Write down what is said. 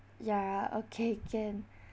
ya okay can